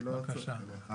אני לא צועק עליך.